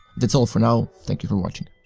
that's all for now, thank you for watching.